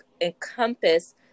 encompass